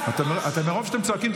מרוב שאתם צועקים,